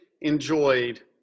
enjoyed –